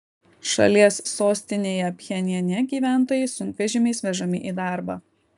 šalies sostinėje pchenjane gyventojai sunkvežimiais vežami į darbą